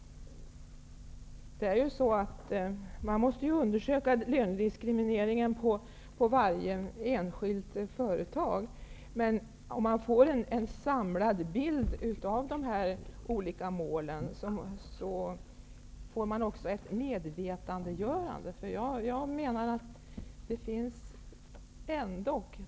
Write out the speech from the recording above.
Man måste undersöka lönediskrimineringen på varje enskilt företag. Om man får en samlad bild av de olika målen, innebär det också ett medvetandegörande.